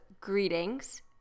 greetings